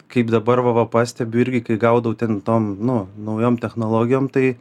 kaip dabar va va pastebiu irgi kai gaudau ten tom nu naujom technologijom tai